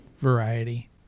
variety